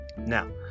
now